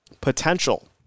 potential